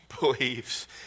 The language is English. believes